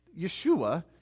Yeshua